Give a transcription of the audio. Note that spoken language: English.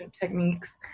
techniques